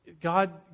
God